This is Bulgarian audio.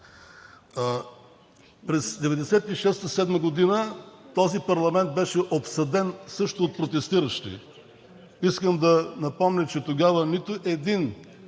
През 1996 – 1997 г. този парламент беше обсаден също от протестиращи. Искам да напомня, че тогава нито един